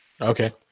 okay